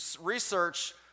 research